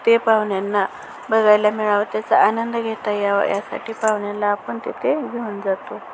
ते पाहुण्यांना बघायला मिळावं त्याचा आनंद घेता यावं यासाठी पाहुण्याला आपण तिथे घेऊन जातो